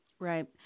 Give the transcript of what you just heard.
Right